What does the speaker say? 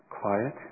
quiet